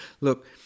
Look